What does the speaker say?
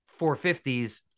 450s